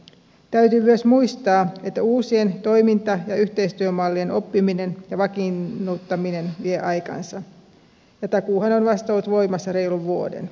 täytyy myös muistaa että uusien toiminta ja yhteistyömallien oppiminen ja vakiinnuttaminen vie aikansa ja takuuhan on vasta ollut voimassa reilun vuoden